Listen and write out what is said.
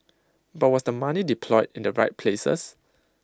but was the money deployed in the right places